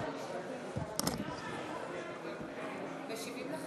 משיבים לך